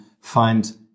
find